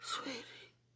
Sweetie